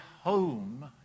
home